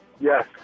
Yes